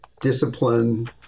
discipline